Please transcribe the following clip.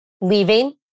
leaving